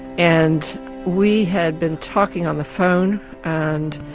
and we had been talking on the phone and